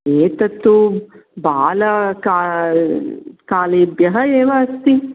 एतत्तु बालकाल् कालेभ्यः एव अस्ति